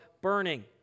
burning